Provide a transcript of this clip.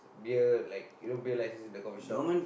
beer like you know beer license in the coffee shop